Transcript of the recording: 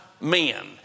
men